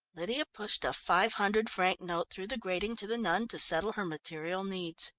lydia pushed a five-hundred franc note through the grating to the nun, to settle her material needs.